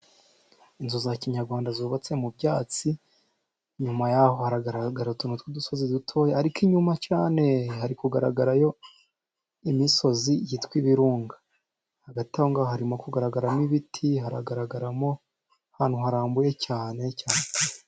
Inzu za kinyarwanda zubatse mu byatsi, inyuma yaho haragaragara utuntu tw'udusozi dutoya, ariko inyuma cyaneeee! Hari kugaragarayo imisozi yitwa ibirunga. Hagati aho ngaho harimo kugaragaramo ibiti, haragaragaramo ahantu harambuye cyane, cyane.